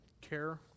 care